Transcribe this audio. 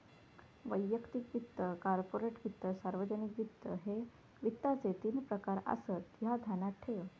वैयक्तिक वित्त, कॉर्पोरेट वित्त, सार्वजनिक वित्त, ह्ये वित्ताचे तीन प्रकार आसत, ह्या ध्यानात ठेव